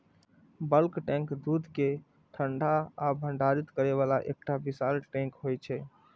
bulk tank दूध कें ठंडा आ भंडारित करै बला एकटा विशाल टैंक होइ छै